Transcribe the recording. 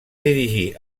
dirigir